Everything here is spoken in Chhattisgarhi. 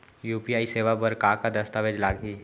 यू.पी.आई सेवा बर का का दस्तावेज लागही?